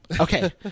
Okay